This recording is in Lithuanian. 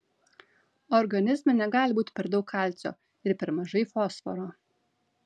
organizme negali būti per daug kalcio ir per mažai fosforo